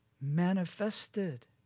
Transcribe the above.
manifested